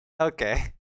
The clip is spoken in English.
Okay